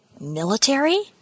Military